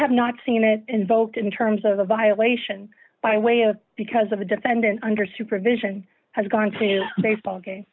have not seen it invoked in terms of a violation by way of because of a defendant under supervision has gone to baseball